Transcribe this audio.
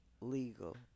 legal